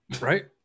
Right